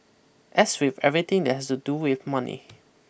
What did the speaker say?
as with everything that has to do with money